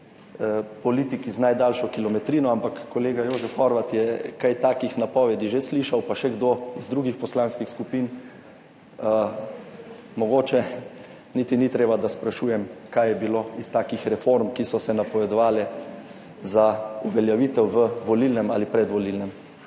politiki z najdaljšo kilometrino, ampak kolega Jožef Horvat je kaj takih napovedi že slišal, pa še kdo iz drugih poslanskih skupin, mogoče niti ni treba, da sprašujem, kaj je bilo iz takih reform, ki so se napovedovale za uveljavitev v volilnem ali predvolilnem